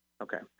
Okay